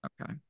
Okay